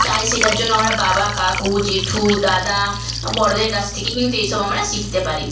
তাই সেটার জন্য আমরা বাবা কাকু জেঠু দাদা বড়দের কাছ থেকে কিন্তু এসব আমরা শিখতে পারি